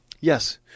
Yes